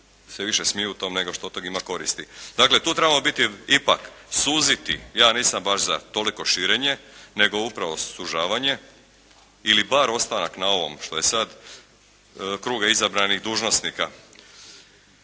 se više smiju tom nego što od tog ima koristi. Dakle, tu trebamo biti ipak suziti, ja nisam baš za toliko širenje, nego upravo sužavanje ili bar ostanak na ovom što je sad kruga izabranih dužnosnika.